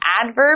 adverb